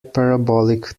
parabolic